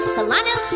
Solano